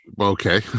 Okay